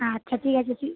আচ্ছা ঠিক আছে তুই